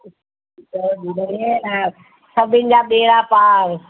जय झूलेलाल सभिनि जा ॿेड़ा पार